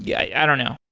yeah i don't know.